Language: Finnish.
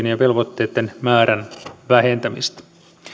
ja velvoitteitten määrän vähentämistä